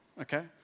Okay